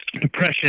Depression